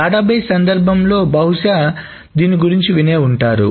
database సందర్భంలో బహుశా దీని గురించి వినే ఉంటారు